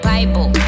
Bible